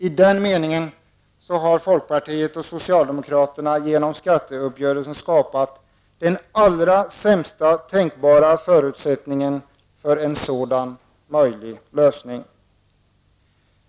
I den meningen har folkpartiet och socialdemokraterna genom skatteuppgörelsen skapat den allra sämsta tänkbara förutsättningen för en sådan möjlig lösning.